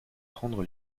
prendre